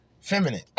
feminine